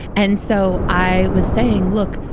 and so, i was saying, look,